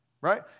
Right